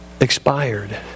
expired